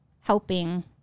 helping